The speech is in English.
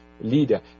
leader